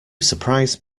surprise